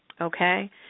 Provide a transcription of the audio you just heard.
okay